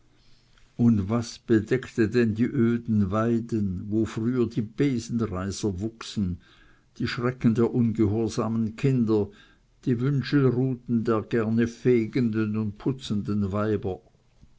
und was bedeckte denn die öden weiden wo früher die besenreiser wuchsen die schrecken der ungehorsamen kinder die wünschelruten der gerne fegenden und putzenden weiber